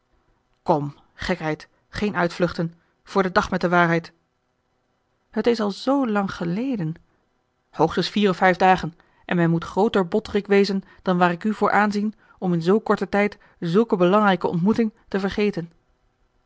kom gekheid geene uitvluchten voor den dag met de waarheid het is al zoo lang geleden hoogstens vier of vijf dagen en men moet grooter botterik wezen dan waar ik u voor aanzie om in zoo korten tijd zulke belangrijke ontmoeting te vergeten